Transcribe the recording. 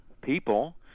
people